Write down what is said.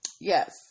Yes